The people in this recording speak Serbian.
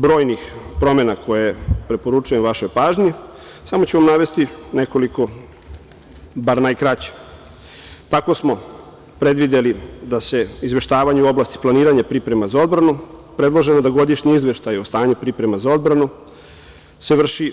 Pored brojnih promena koje preporučujem vašoj pažnji, samo ću vam navesti nekoliko najkraćih, tako smo predvideli da se izveštavanje u oblasti planiranja priprema za odbranu, predloženo da godišnji izveštaj o stanju priprema za odbranu se vrši